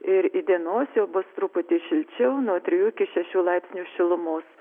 ir įdienos jau bus truputį šilčiau nuo trijų iki šešių laipsnių šilumos